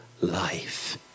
life